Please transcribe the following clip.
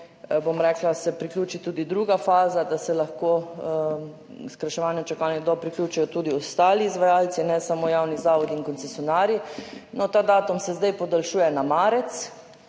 bom rekla, se priključi tudi druga faza, da se lahko skrajševanju čakalnih dob priključijo tudi ostali izvajalci, ne samo javni zavodi in koncesionarji. Ta datum se zdaj podaljšuje na marec,